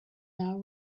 now